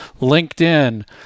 LinkedIn